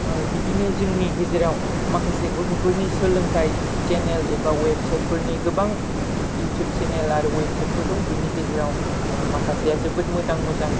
ओह बिदिनो जोंनि गेजेराव माखासे गथ'फोरनि सोलोंथाय सेनेल एबा अवेबसाइथफोरनि गोबां इुउथुब सेनेल आरो अवेबसाइथफोर दं बिनि गेजेराव ओह माखासेया जोबोद मोजां मोजां